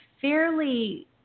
fairly